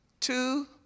two